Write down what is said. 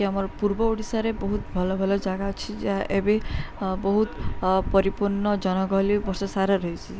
ଆମର ପୂର୍ବ ଓଡ଼ିଶାରେ ବହୁତ ଭଲ ଭଲ ଜାଗା ଅଛି ଯାହା ଏବେ ବହୁତ ପରିପୂର୍ଣ୍ଣ ଜନଗହଳି ବର୍ଷସାର ରହିଛି